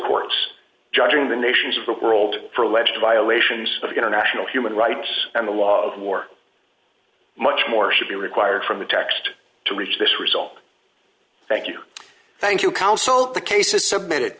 courts judging the nations of the world for alleged violations of international human rights and the law of war much more should be required from the text to reach this result thank you thank you counsel the case is submitted